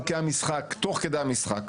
המשחק תוך כדי המשחק,